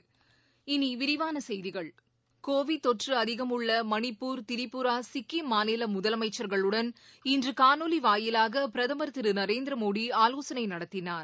இனி விரிவான செய்திகள் கோவிட் தொற்று அதிகம் உள்ள மணிப்பூர் திரிபுரா சிக்கிம் மாநில முதலமைச்சர்களுடன் இன்று காணொலி வாயிலாக பிரதமர் திரு நரேந்திர மோடி ஆலோசனை நடத்தினார்